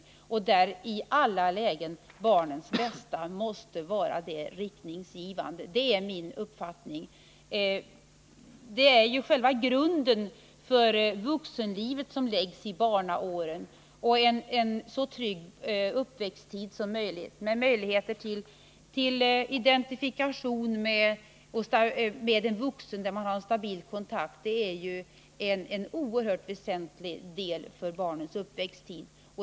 I detta arbete måste i alla lägen barnens bästa vara det riktningsgivande — det är min uppfattning. Det är ju själva grunden för vuxenlivet som läggs i barnaåren. Att barnet får en trygg uppväxttid med möjligheter till identifikation med en vuxen med vilken barnet har en stabil kontakt är oerhört väsentligt för barnets utveckling.